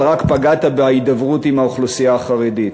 רק פגעת בהידברות עם האוכלוסייה החרדית,